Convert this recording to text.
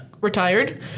Retired